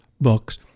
books